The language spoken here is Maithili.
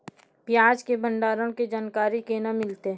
प्याज के भंडारण के जानकारी केना मिलतै?